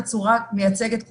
בצורה מייצגת,